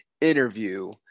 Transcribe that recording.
interview